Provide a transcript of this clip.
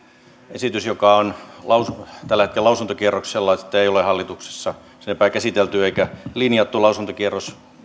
esitystä joka on tällä hetkellä lausuntokierroksella ei ole hallituksessa sen enempää käsitelty eikä linjattu lausuntokierros